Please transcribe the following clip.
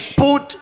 put